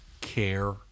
care